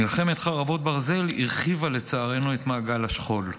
מלחמת חרבות ברזל הרחיבה, לצערנו, את מעגל השכול,